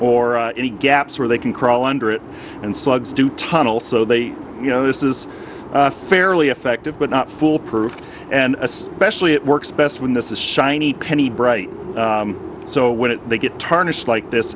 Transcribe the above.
that or any gaps where they can crawl under it and slugs do tunnel so they you know this is a fairly effective but not foolproof and especially it works best when this is shiny penny bright so when it they get tarnished like this